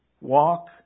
Walk